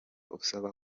usaba